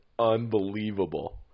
unbelievable